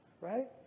right